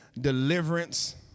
Deliverance